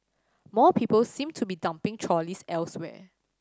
more people seem to be dumping trolleys elsewhere